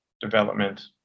development